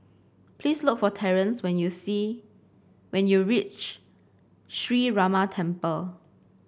please look for Terrence when you see when you reach Sree Ramar Temple